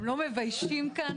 אבל כיבוד הורים קודם לכול,